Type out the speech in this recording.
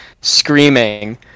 screaming